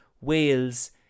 Wales